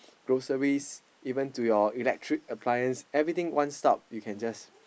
groceries even to your electric appliance everything one stop you can just